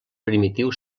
primitiu